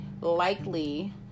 likely